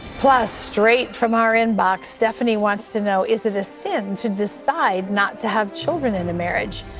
plus straight from our inbox, stephanie wants to know is that a sin to decide not to have children in a marriage?